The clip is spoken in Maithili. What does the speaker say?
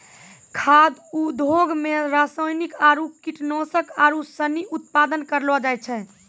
खाद्य उद्योग मे रासायनिक आरु कीटनाशक आरू सनी उत्पादन करलो जाय छै